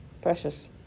Precious